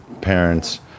parents